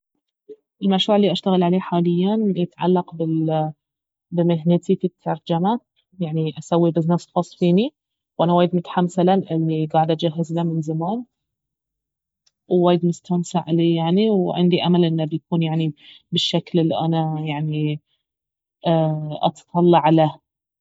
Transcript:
المشروع الي اشتغل عليه حاليا يتعلق بال بمهنتي في الترجمة يعني اسوي بزنس خاص فيني وانا وايد متحمسة له لاني قاعدة اجهز له من زمان ووايد مستانسة عليه يعني وعندي امل انه بيكون يعني بالشكل الي انا يعني أتطلع له